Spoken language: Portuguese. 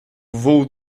vôo